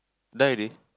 diary